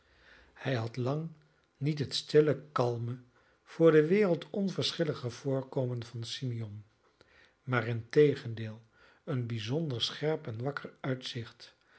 hij had lang niet het stille kalme voor de wereld onverschillige voorkomen van simeon maar integendeel een bijzonder scherp en wakker uitzicht